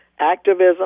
activism